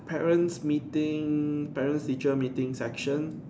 parents meeting parent teacher meeting section